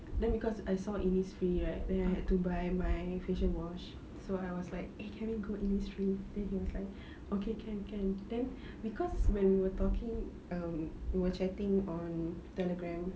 then cause I saw innisfree right then I had to buy my facial wash so I was like eh can we go innisfree then he was like okay can can then cause when we were talking um we were chatting on telegram